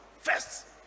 first